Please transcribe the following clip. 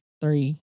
three